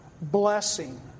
Blessing